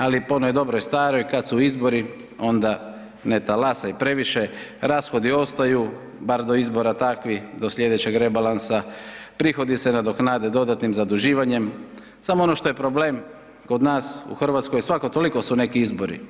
Ali po onoj dobroj staroj, kad su izbori onda ne talasaj previše, rashodi ostaju bar do izbora takvi do sljedećeg rebalansa, prihodi se nadoknade dodatnim zaduživanjem, samo ono što je problem kod nas u Hrvatskoj svako toliko su neki izbori,